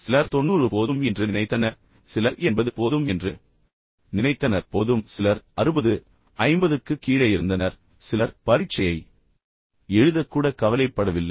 சிலர் 90 போதும் என்று நினைத்தனர் சிலர் 80 போதும் என்று நினைத்தனர் போதும் சிலர் 60 50க்குக் கீழே இருந்தனர் சிலர் பரீட்சையை எழுதக்கூட கவலைப்படவில்லை